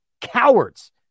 Cowards